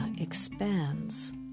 expands